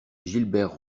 gilbert